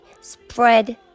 spread